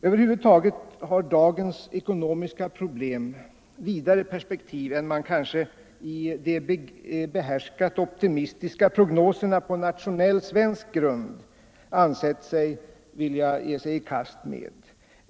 Över huvud taget har dagens ekonomiska problem vidare perspektiv än man kanske i de behärskat optimistiska prognoserna på nationell svensk grund ansett sig vilja ge sig i kast med.